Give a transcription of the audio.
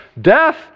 death